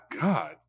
God